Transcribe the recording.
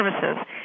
services